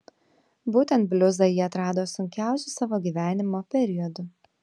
būtent bliuzą ji atrado sunkiausiu savo gyvenimo periodu